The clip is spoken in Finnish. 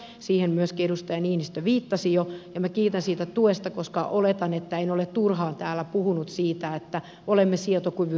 siihen myöskin edustaja niinistö viittasi jo ja minä kiitän siitä tuesta koska oletan että en ole turhaan täällä puhunut siitä että olemme sietokyvyn rajoilla